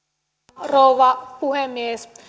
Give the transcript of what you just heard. arvoisa rouva puhemies